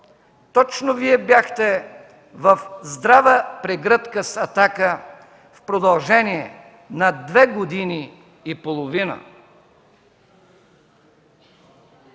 точно Вие бяхте в здрава прегръдка с „Атака” в продължение на две години и половина.